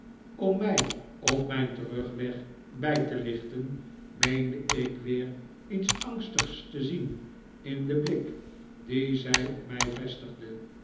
om mij op mijn terugweg bij te lichten meende ik weer iets angstigs te zien in den blik dien zij op mij vestigde